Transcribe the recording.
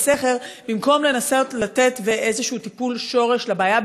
בסכר במקום לנסות לתת טיפול שורש לבעיה.